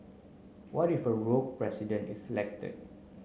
what if a rogue President is elected